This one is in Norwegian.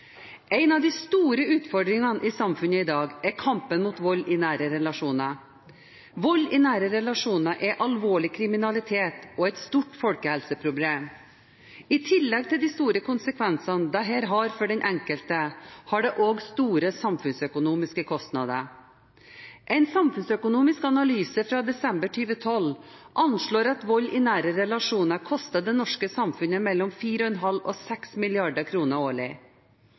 En av de store utfordringene i samfunnet i dag er vold i nære relasjoner. Vold i nære relasjoner er alvorlig kriminalitet og et stort folkehelseproblem. I tillegg til de store konsekvensene dette har for den enkelte, har det også store samfunnsøkonomiske kostnader. En samfunnsøkonomisk analyse fra desember 2012 anslår at vold i nære relasjoner koster det norske samfunnet mellom 4,5 mrd. og 6 mrd. kr årlig.